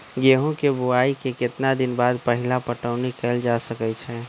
गेंहू के बोआई के केतना दिन बाद पहिला पटौनी कैल जा सकैछि?